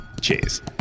Cheers